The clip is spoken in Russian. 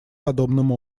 подобным